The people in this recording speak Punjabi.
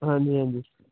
ਹਾਂਜੀ ਹਾਂਜੀ